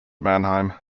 mannheim